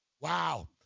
wow